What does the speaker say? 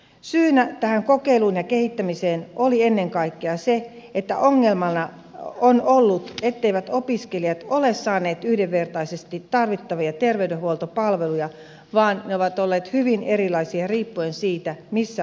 syynä tähän kokeiluun ja kehittämiseen oli ennen kaikkea se että ongelmana on ollut etteivät opiskelijat ole saaneet yhdenvertaisesti tarvittavia terveydenhuoltopalveluja vaan ne ovat olleet hyvin erilaisia riippuen siitä missä opiskelija on opiskellut